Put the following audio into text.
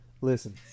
Listen